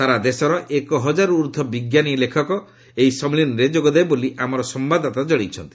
ସାରା ଦେଶର ଏକହଜାରରୁ ଊର୍ଦ୍ଧ୍ୱ ବିଜ୍ଞାନ ଲେଖକ ଏହି ସମ୍ମିଳନୀରେ ଯୋଗଦେବେ ବୋଲି ଆମର ସମ୍ଭାଦଦାତା ଜଣାଇଛନ୍ତି